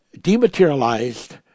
dematerialized